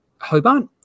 Hobart